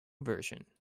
version